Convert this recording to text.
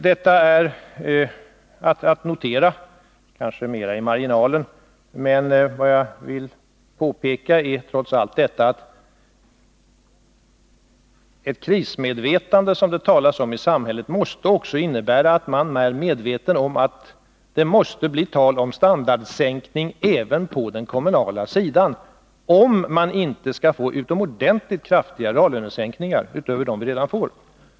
Detta är att notera mera i marginalen. Vad jag ville påpeka var att ett krismedvetande, som det talas så mycket om i samhället, trots allt också måste innebära att man är medveten om att det måste bli fråga om standardsänkningar även på den kommunala sidan, om vi inte skall drabbas av utomordentligt kraftiga reallönesänkningar utöver dem som vi redan får.